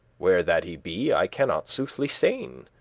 where that he be, i cannot soothly sayn.